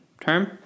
term